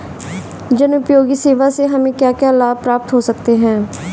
जनोपयोगी सेवा से हमें क्या क्या लाभ प्राप्त हो सकते हैं?